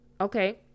Okay